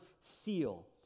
seal